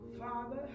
Father